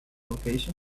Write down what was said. location